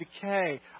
decay